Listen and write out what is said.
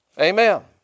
Amen